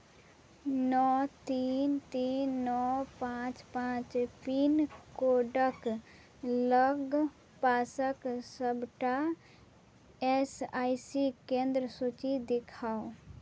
नओ तीन तीन नओ पाँच पाँच पिनकोडक लगपासक सबटा एस आई सी केन्द्रक सूची देखाउ